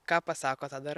ką pasako tą darai